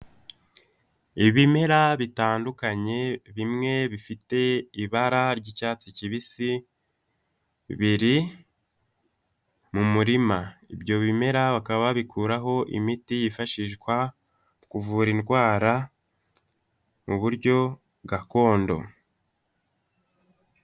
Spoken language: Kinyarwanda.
Ibimera bitandukanye bimwe bifite ibara ry'icyatsi kibisi biri mu muririma ibyo bimera bakaba bikuraho imiti yifashishwa kuvura indwara mu buryo gakondo.